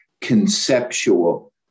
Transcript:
conceptual